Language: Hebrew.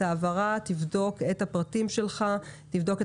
ההעברה האומרת לו לבדוק את הפרטים שהוא נתן.